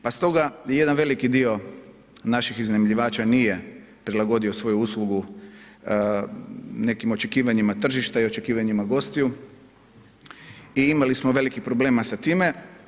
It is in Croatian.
Pa stoga i jedan veliki dio naših iznajmljivača nije prilagodio svoju uslugu nekim očekivanjima tržišta i očekivanjima gostiju i imali smo velikih problema sa time.